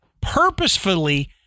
purposefully